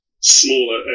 smaller